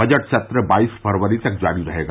budget सत्र बाईस फरवरी तक जारी रहेगा